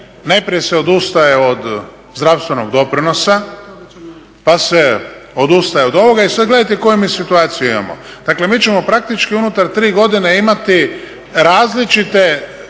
najprije se odustaje od zdravstvenog doprinosa, pa se odustaje od ovoga i sad gledajte koju mi situaciju imamo. Dakle, mi ćemo praktički unutar tri godine imati različite